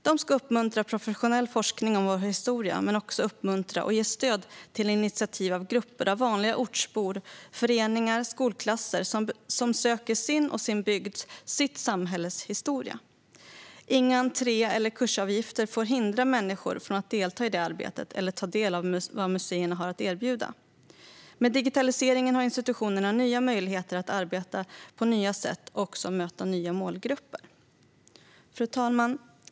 De ska uppmuntra professionell forskning om vår historia men också uppmuntra och ge stöd till initiativ av grupper av vanliga ortsbor, föreningar och skolklasser som söker sin, sin bygds och sitt samhälles historia. Inga entré eller kursavgifter får hindra människor att delta i det arbetet eller ta del av vad museerna har att erbjuda. Digitaliseringen ger institutionerna nya möjligheter att arbeta på nya sätt och möta nya målgrupper. Fru talman!